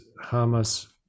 Hamas